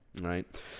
right